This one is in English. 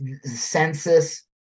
Census